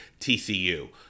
TCU